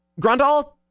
Grandal